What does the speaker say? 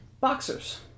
Boxers